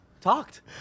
talked